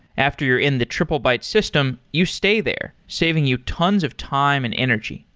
after you're in the triplebyte system, you stay there, saving you tons of time and energy.